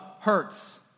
hurts